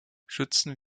schützen